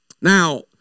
Now